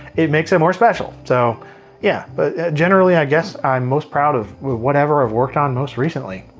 it makes it more special, so yeah. but generally i guess i'm most proud of whatever i've worked on most recently.